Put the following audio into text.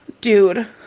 dude